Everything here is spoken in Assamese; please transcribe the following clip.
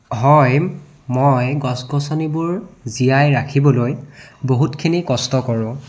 হয় মই গছ গছনিবোৰ জীয়াই ৰাখিবলৈ বহুতখিনি কষ্ট কৰোঁ